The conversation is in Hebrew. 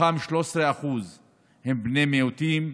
מתוכם 13% הם בני מיעוטים,